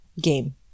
game